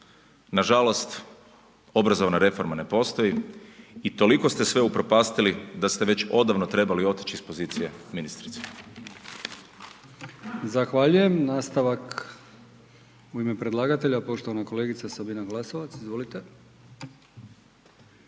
Nažalost obrazovna reforma ne postoji i toliko ste sve upropastili da ste već odavno trebali otići iz pozicije ministrice. **Brkić, Milijan (HDZ)** Zahvaljujem. Nastavak u ime predlagatelja, poštovana kolegica Sabina Glasovac, izvolite,